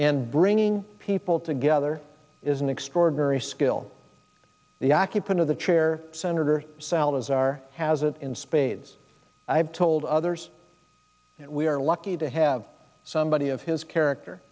and bringing people together is an extraordinary skill the occupant of the chair senator salazar has it in spades i have to told others we are lucky to have somebody of his character